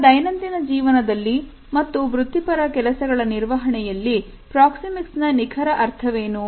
ನಮ್ಮ ದೈನಂದಿನ ಜೀವನದಲ್ಲಿ ಮತ್ತು ವೃತ್ತಿಪರ ಕೆಲಸಗಳ ನಿರ್ವಹಣೆಯಲ್ಲಿ ಪ್ರಾಕ್ಸಿಮಿಕ್ಸ್ ನ ನಿಖರ ಅರ್ಥವೇನು